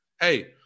hey